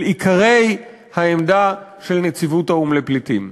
עיקרי העמדה של נציבות האו"ם לפליטים.